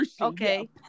okay